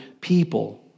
people